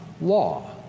law